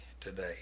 today